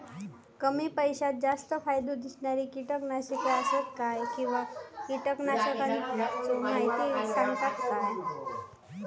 कमी पैशात जास्त फायदो दिणारी किटकनाशके आसत काय किंवा कीटकनाशकाचो माहिती सांगतात काय?